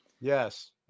Yes